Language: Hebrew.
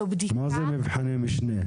זו בדיקה --- מה זה מבחני משנה?